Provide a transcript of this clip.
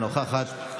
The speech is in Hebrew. אינה נוכחת,